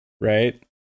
right